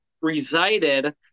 resided